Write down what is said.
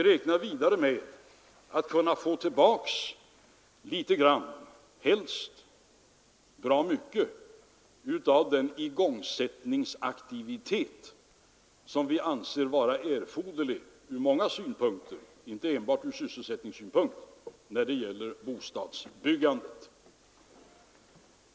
Vi räknar vidare med att kunna få tillbaka litet grand — helst bra mycket — av den inångsättningsaktivitet som vi anser vara erforderlig från många synpunkter, inte enbart från sysselsättningssynpunkt, när det gäller bostadsbyggandet.